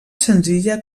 senzilla